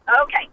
Okay